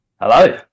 Hello